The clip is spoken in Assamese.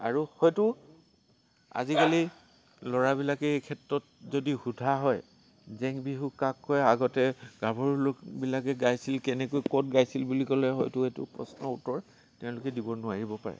আৰু হয়তো আজিকালি ল'ৰাবিলাকে এই ক্ষেত্ৰত যদি সোধা হয় জেংবিহু কাক কয় আগতে গাভৰু লোকবিলাকে গাইছিল কেনেকৈ ক'ত গাইছিল বুলি ক'লে হয়তো সেইটো প্ৰশ্নৰ উত্তৰ তেওঁলোকে দিব নোৱাৰিব পাৰে